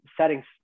settings